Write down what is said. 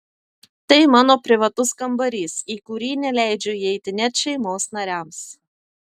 tai mano privatus kambarys į kurį neleidžiu įeiti net šeimos nariams